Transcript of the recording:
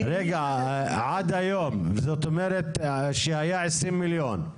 זאת אומרת שהיה 20 מיליון.